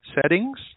settings